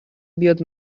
بیاد